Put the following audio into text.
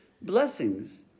blessings